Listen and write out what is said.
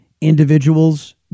individuals